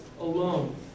alone